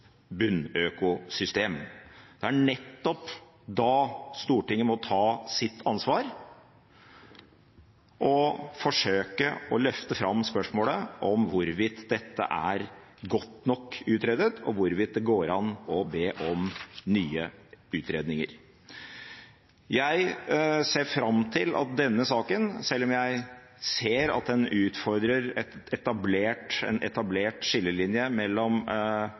bunnøkosystem. Det er nettopp da Stortinget må ta sitt ansvar og forsøke å løfte fram spørsmålet om hvorvidt dette er godt nok utredet og hvorvidt det går an å be om nye utredninger. Jeg ser fram til at denne saken, selv om jeg ser at den utfordrer en etablert skillelinje mellom